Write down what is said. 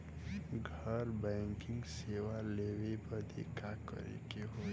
घर बैकिंग सेवा लेवे बदे का करे के होई?